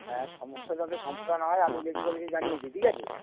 হ্যাঁ সমস্যা যাতে সমাধান হয় আমি ইলেকট্রিক অফিসে জানিয়েছি ঠিক আছে